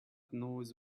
knows